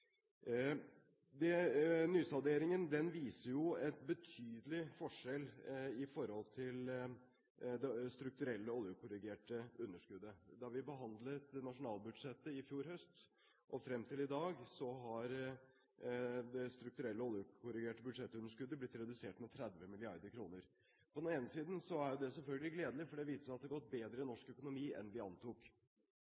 Nysalderingen viser en betydelig forskjell i det strukturelle, oljekorrigerte underskuddet. Fra vi behandlet nasjonalbudsjettet i fjor høst og frem til i dag, har det strukturelle, oljekorrigerte budsjettunderskuddet blitt redusert med 30 mrd. kr. På den ene siden er det selvfølgelig gledelig, for det viser at det har gått bedre i norsk